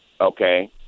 Okay